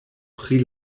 pri